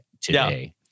today